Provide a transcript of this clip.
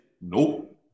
Nope